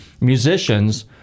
musicians